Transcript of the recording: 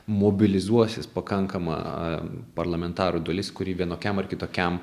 mobilizuosis pakankama a parlamentarų dalis kuri vienokiam ar kitokiam